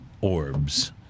Orbs